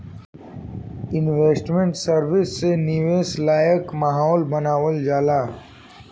investment service से निवेश लायक माहौल बानावल जाला